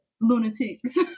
lunatics